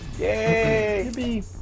Yay